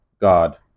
God